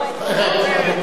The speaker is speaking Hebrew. רבותי,